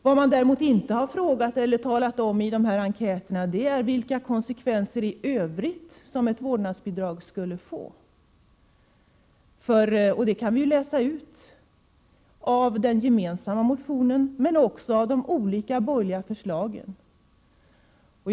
Vad man däremot inte har frågat eller talat om i enkäterna är vilka konskevenser i övrigt som ett vårdnadsbidrag skulle få. Det kan vi läsa ut av den gemensamma motionen men också av de olika borgerliga förslagen.